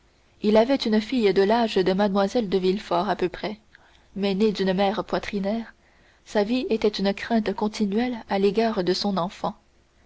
il avait une fille de l'âge de mlle de villefort à peu près mais née d'une mère poitrinaire sa vie était une crainte continuelle à l'égard de son enfant